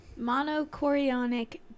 Monochorionic